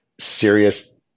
serious